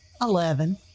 Eleven